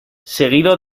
seguido